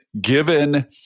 given